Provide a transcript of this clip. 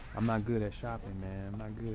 i'm not good at shopping man. i'm